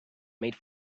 made